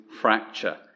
fracture